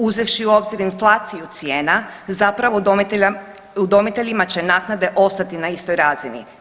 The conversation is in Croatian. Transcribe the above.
Uzevši u obzir inflaciju cijena zapravo udomiteljima će naknade ostati na istoj razini.